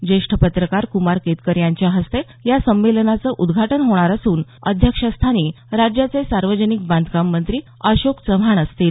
ज्येष्ठ पत्रकार कुमार केतकर यांच्या हस्ते या संमेलनाचं उद्घाटन होणार असून अध्यक्षस्थानी राज्याचे सार्वजनिक बांधकाम मंत्री अशोक चव्हाण हे असतील